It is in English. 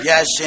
Yes